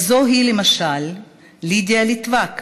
כזאת היא למשל לידיה ליטבק,